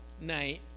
night